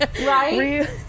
Right